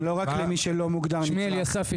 אני רק רוצה לתת למנכ"ל המשרד דוגמה קטנה.